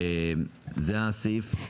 זה הסעיף.